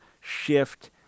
shift